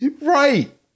right